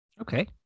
okay